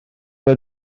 mae